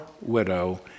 widow